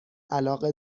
علاقه